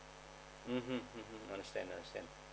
mmhmm mmhmm understand understand